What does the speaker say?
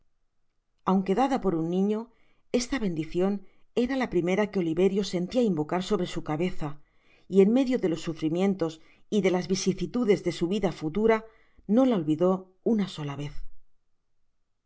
aunque dada por un niño esta bendicion era la primera que oliverio sentia invocar sobre su cabeza y en medio de los sufrimientos y de las vicisitudes de su vida futura no la olvidó una sola vez